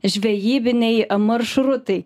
žvejybiniai maršrutai